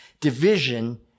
Division